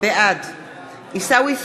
בעד עיסאווי פריג'